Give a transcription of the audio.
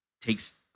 takes